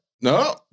No